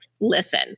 listen